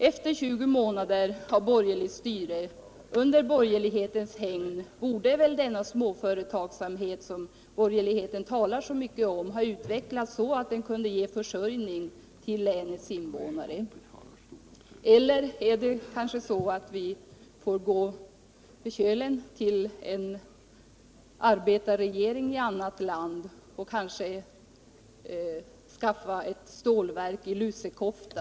Efter 20 månader av borgerligt styre borde väl den småföretagsamhet som man inom borgerligheten talar så mycket om ha utvecklats så väl, att den kunde ge försörjning åt länets invånare. Eller är det kanske så att vi skall gå över Kölen till en arbetarregering i ett annat land, skapa ett ”stålverk, i Lusekofta”?